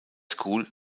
school